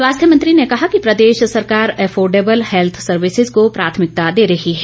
स्वास्थ्य मंत्री ने कहा कि प्रदेश सरकार एफोर्डेबल हैल्थ सर्विसेज को प्राथमिकता दे रही है